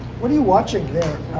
what are you watching there,